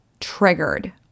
triggered